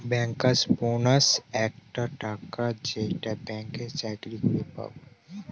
bankers bonus একটা টাকা যেইটা ব্যাঙ্কে চাকরি করে পাবো